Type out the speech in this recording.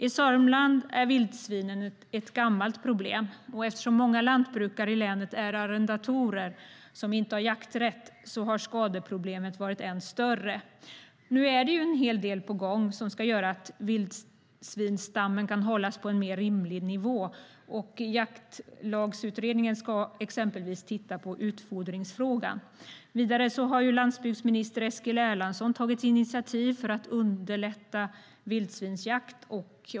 I Sörmland är vildsvinen ett gammalt problem. Eftersom många lantbrukare i länet är arrendatorer som inte har jakträtt har skadeproblemet varit ännu större. Nu är det en hel del på gång som ska göra att vildsvinsstammen kan hållas på en mer rimlig nivå. Jaktlagsutredningen ska exempelvis titta på utfodringsfrågan. Vidare har landsbygdsminister Eskil Erlandsson tagit initiativ för att underlätta vildsvinsjakt.